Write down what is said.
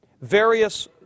various